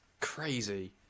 crazy